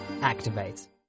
activate